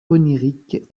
onirique